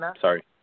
Sorry